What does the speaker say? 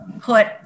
put